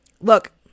Look